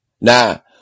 Now